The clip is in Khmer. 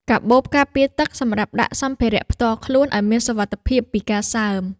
កាបូបការពារទឹក សម្រាប់ដាក់សម្ភារៈផ្ទាល់ខ្លួនឱ្យមានសុវត្ថិភាពពីការសើម។